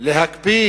להקפיא